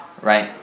right